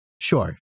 sure